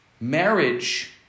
Marriage